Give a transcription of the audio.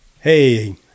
Hey